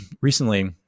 recently